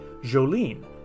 Jolene